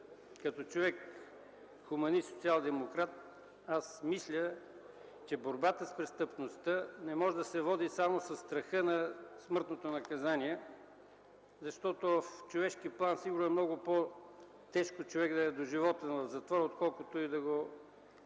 Като човек хуманист, социалдемократ смятам, че борбата с престъпността не може да се води само със страха от смъртното наказание, защото в човешки план сигурно е много по-тежко човек да е до живот в затвор, отколкото да го